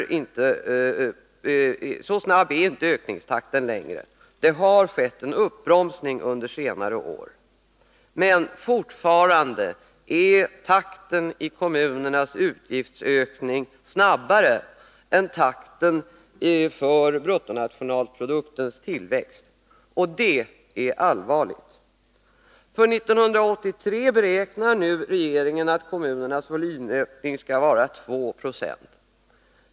Så snabb är ökningstakten inte längre; det har skett en uppbromsning under senare år. Men takten i kommunernas utgiftsökning är fortfarande snabbare än takten för bruttonationalproduktens tillväxt. Och det är allvarligt. För 1983 beräknar regeringen kommunernas volymökning till 2 20.